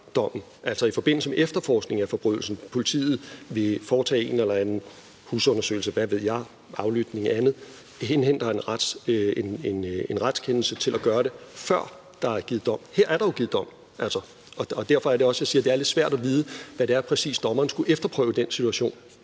altså i forbindelse med efterforskning af forbrydelsen. Politiet vil foretage en eller anden husundersøgelse, hvad ved jeg, aflytning eller andet og indhenter en retskendelse til at gøre det, før der er givet dom. Her er der jo givet dom. Og derfor er det også, jeg siger, at det er lidt svært at vide, hvad det præcis er, dommeren skulle efterprøve i den situation,